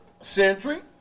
century